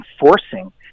enforcing